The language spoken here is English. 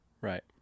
Right